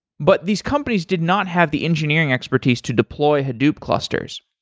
but these companies did not have the engineering expertise to deploy hadoop clusters.